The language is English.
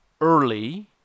early